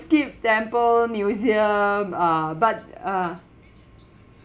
skip temple museum uh but uh